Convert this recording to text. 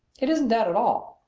it isn't that at all.